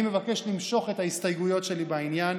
אני מבקש למשוך את ההסתייגויות שלי בעניין.